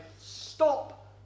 stop